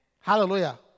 Hallelujah